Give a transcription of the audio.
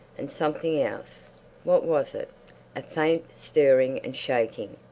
and something else what was it a faint stirring and shaking,